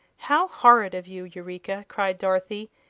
how horrid of you, eureka! cried dorothy.